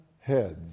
heads